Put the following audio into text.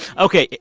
ok.